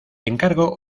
encargo